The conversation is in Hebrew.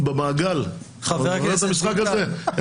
לקונה או בחוק או בתקנון שקובעת אמת מידה ברורה